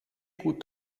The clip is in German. gut